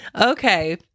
Okay